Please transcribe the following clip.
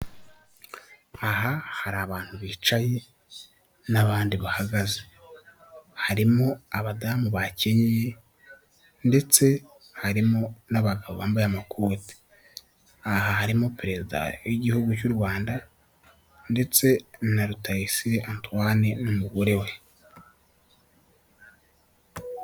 Aha hari abantu bicaye n'abandi bahagaze harimo abadamu bakenyeye ndetse harimo n'abagabo bambaye amakote, aha harimo perezida w'igihugu cy'u Rwanda ndetse na Rutayisire Antoine n'umugore we.